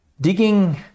digging